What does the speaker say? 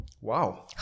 wow